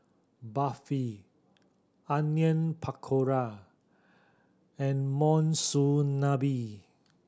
Barfi Onion Pakora and Monsunabe